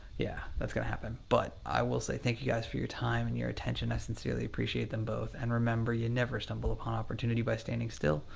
yeah, that's gonna happen. but i will say thank you guys for your time and your attention. i sincerely appreciate them both. and remember, you never stumble upon opportunity by standing still,